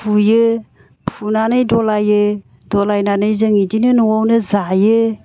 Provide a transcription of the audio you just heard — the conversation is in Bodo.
फुयो फुनानै दलायो दलायनानै जों इदिनो न'आवनो जायो